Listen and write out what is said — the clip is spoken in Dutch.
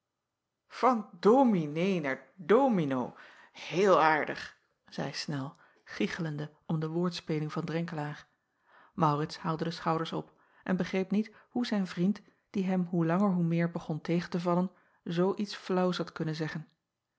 an ominee naar omino heel aardig zeî nel giegelende om de woordspeling van renkelaer aurits haalde de schouders op en begreep niet hoe zijn vriend die hem hoe langer hoe meer begon tegen te vallen zoo iets flaauws had kunnen zeggen